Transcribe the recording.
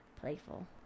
playful